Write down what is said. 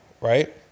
Right